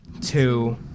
two